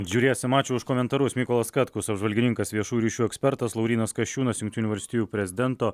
žiūrėsim ačiū už komentarus mykolas katkus apžvalgininkas viešųjų ryšių ekspertas laurynas kasčiūnas jungtinių valstijų prezidento